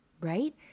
right